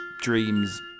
dreams